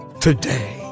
today